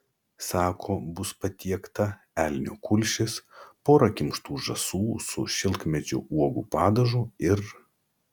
sako bus patiekta elnio kulšis pora kimštų žąsų su šilkmedžio uogų padažu ir